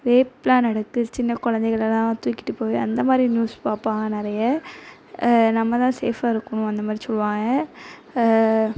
ரேப்லாம் நடக்கு சின்ன குழந்தைங்கள் எல்லாம் தூக்கிட்டு போய் அந்த மாதிரி நியூஸ் பார்ப்பாங்க நிறைய நம்ம தான் சேஃபாக இருக்கணும் அந்த மாதிரி சொல்வாங்க